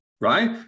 right